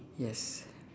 yes